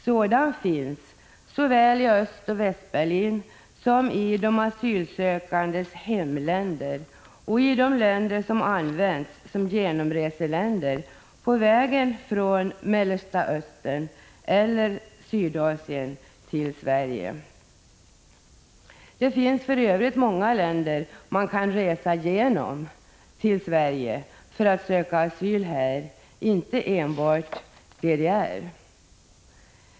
Sådan finns såväl i Östoch Västberlin som i de asylsökandes hemländer och i de länder som använts som genomreseländer på vägen från Mellersta Östern eller Sydasien till Sverige. Det finns för övrigt många länder som man kan resa genom till Sverige för att söka asyl här — inte enbart DDR.